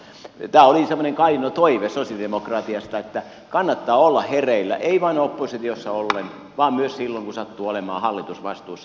tämä oli semmoinen kaino toive sosialidemokratiasta että kannattaa olla hereillä ei vain oppositiossa ollen vaan myös silloin kun sattuu olemaan hallitusvastuussa